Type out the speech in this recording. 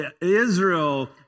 Israel